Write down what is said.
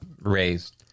raised